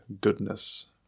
goodness